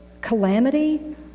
Calamity